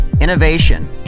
innovation